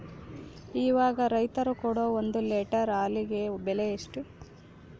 ಇವಾಗ ರೈತರು ಕೊಡೊ ಒಂದು ಲೇಟರ್ ಹಾಲಿಗೆ ಬೆಲೆ ಎಷ್ಟು?